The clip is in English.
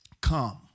come